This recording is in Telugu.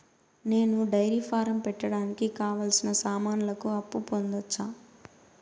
నేను డైరీ ఫారం పెట్టడానికి కావాల్సిన సామాన్లకు అప్పు పొందొచ్చా?